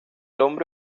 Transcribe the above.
hombre